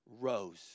rose